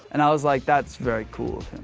and i was like, that's very cool